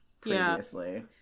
previously